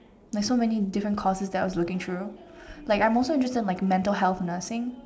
like so many different courses that I was looking through like I'm also interested in like mental health nursing